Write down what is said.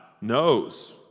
knows